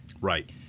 Right